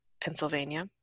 Pennsylvania